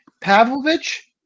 Pavlovich